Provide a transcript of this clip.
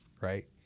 Right